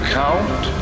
count